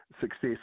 Success